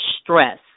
stress